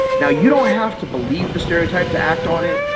now, you don't have to believe the stereotype to act on it.